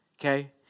Okay